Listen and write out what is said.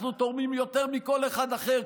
אנחנו תורמים יותר מכל אחד אחר,